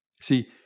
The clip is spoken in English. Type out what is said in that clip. See